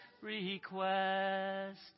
request